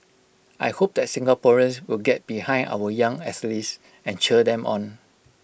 I hope that Singaporeans will get behind our young athletes and cheer them on